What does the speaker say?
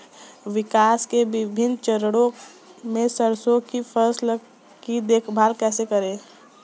विकास के विभिन्न चरणों में सरसों की फसल की देखभाल कैसे करें?